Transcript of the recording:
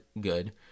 good